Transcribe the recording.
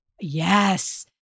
Yes